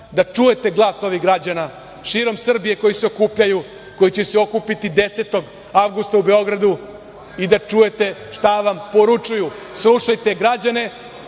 da čujete glas ovih građana širom Srbije koji se okupljaju, koji će se okupiti 10. avgusta u Beogradu i da čujete šta vam poručuju. Slušajte građane,